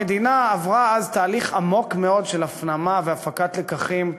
המדינה עברה אז תהליך עמוק מאוד של הפנמה והפקת לקחים.